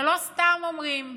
שלא סתם אומרים,